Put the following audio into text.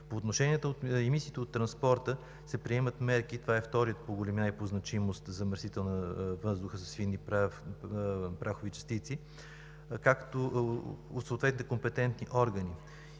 По отношение на емисиите от транспорта се приемат мерки. Това е вторият по големина и по значимост замърсител на въздуха с фини прахови частици, както и от съответните компетентни органи.